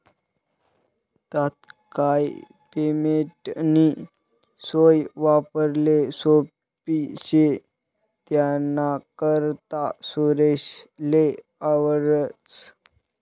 तात्काय पेमेंटनी सोय वापराले सोप्पी शे त्यानाकरता सुरेशले आवडस